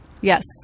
Yes